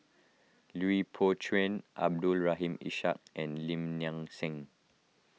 Lui Pao Chuen Abdul Rahim Ishak and Lim Nang Seng